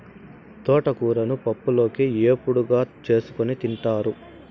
తోటకూరను పప్పులోకి, ఏపుడుగా చేసుకోని తింటారు